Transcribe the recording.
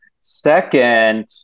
Second